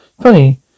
funny